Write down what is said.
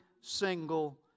single